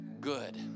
good